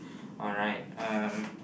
alright um